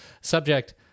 Subject